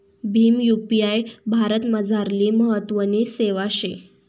Bhim UPI भारतमझारली महत्वनी सेवा शे